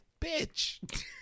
bitch